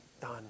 done